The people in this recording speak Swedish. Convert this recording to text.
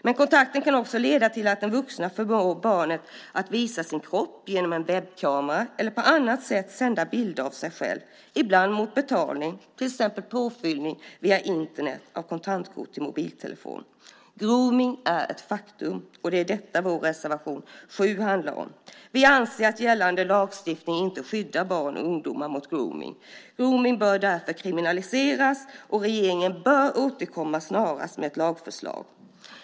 Men kontakten kan också leda till att den vuxna förmår barnet att visa sin kropp genom en webbkamera eller på annat sätt sända bilder av sig själv, ibland mot betalning, till exempel påfyllning via Internet av kontantkort till mobiltelefon. Grooming är ett faktum, och det är detta vår reservation 7 handlar om. Vi anser att gällande lagstiftning inte skyddar barn och ungdomar mot grooming . Grooming bör därför kriminaliseras, och regeringen bör snarast återkomma med ett lagförslag.